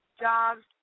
jobs